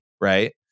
right